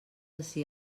ací